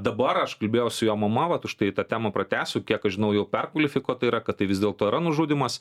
dabar aš kalbėjau su jo mama vat užtai tą temą pratęsiu kiek aš žinau jau perkvalifikuota yra kad tai vis dėlto yra nužudymas